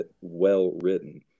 well-written